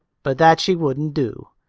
but that she wouldn't do.